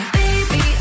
baby